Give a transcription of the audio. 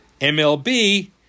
MLB